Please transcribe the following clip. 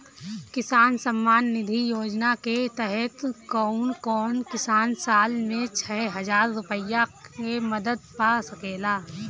किसान सम्मान निधि योजना के तहत कउन कउन किसान साल में छह हजार रूपया के मदद पा सकेला?